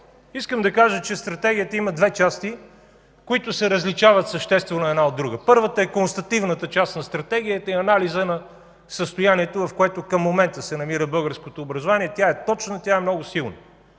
Искам да кажа, че в стратегията има две части, които се различават съществено една от друга. Първата е констативната част на стратегията и анализът на състоянието, в което към момента се намира българското образование. Тя е точна, тя е много силна.